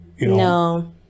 No